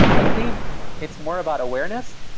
i think it's more about awareness.